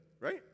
right